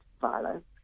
violence